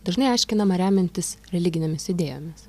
dažnai aiškinama remiantis religinėmis idėjomis